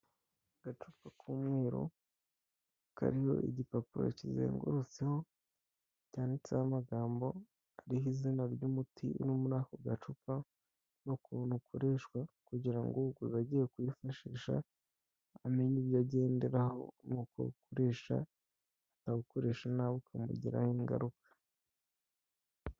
Agacupa k'umweru, kariho igipapuro kizengurutseho, cyanditseho amagambo ariho izina ry'umuti uri muri ako gacupa, n'ukuntu ukoreshwa, kugira ngo uwuguze agiye kuwifashisha, amenye ibyo agenderaho n'uko uwukoresha, atawukoresha nabi ukamugiraho ingaruka.